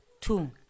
two